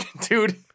Dude